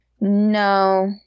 No